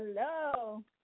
Hello